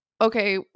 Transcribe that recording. okay